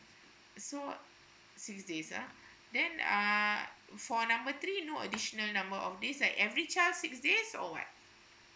so six days uh then uh for number three no additional number of days like every child six days or what